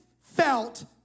felt